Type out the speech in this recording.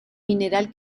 mineral